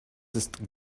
ist